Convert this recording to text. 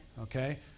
Okay